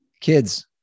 Kids